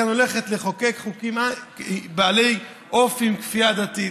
כאן הולכת לחוקק חוקים בעלי אופי של כפייה דתית,